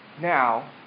Now